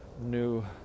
new